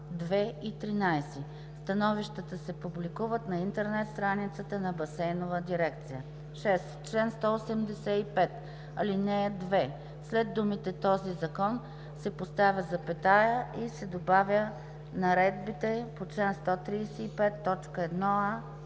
2 и 13; становищата се публикуват на интернет страниците на басейновите дирекции.“ 6. В чл. 185, ал. 2 след думите „този закон“ се поставя запетая и се добавя „наредбите по чл. 135, т.